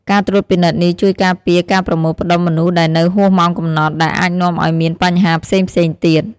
ការត្រួតពិនិត្យនេះជួយការពារការប្រមូលផ្តុំមនុស្សដែលនៅហួសម៉ោងកំណត់ ដែលអាចនាំឱ្យមានបញ្ហាផ្សេងៗទៀត។